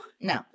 No